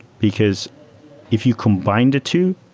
because if you combine the two,